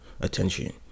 attention